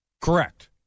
Correct